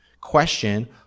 question